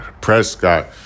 Prescott